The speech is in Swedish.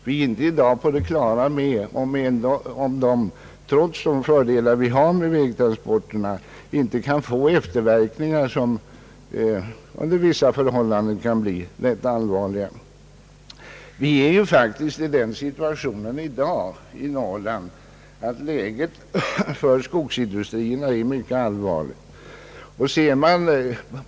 Vi är inte i dag på det klara med huruvida en fullständig över gång till vägtransporter — trots vissa påtagliga fördelar — är samhällseko nomiskt motiverad. Man kan befara efterverkningar, som kan bli rätt allvarliga. Läget för skogsindustrierna i Norrland är i dag mycket ogynnnsamt.